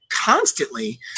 constantly